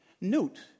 note